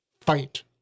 fight